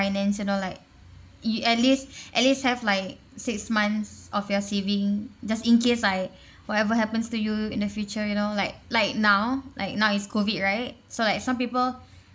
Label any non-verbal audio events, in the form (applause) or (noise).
finance you know like yo~ at least (breath) at least have like six months of your saving just in case like whatever happens to you in the future you know like like now like now is COVID right so like some people